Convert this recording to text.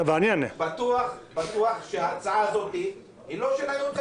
ההצעה הזאת היא בטוח לא של הייעוץ המשפטי.